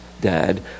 dad